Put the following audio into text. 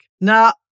Now